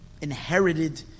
Inherited